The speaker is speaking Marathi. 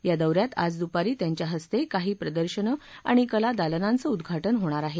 या दौऱ्यात आज दुपारी त्यांच्या हस्ते काही प्रदर्शनं आणि कलादालनाचं उद्घाटन होणार आहे